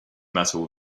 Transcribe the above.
metal